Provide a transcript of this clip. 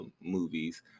movies